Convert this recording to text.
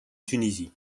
tunisie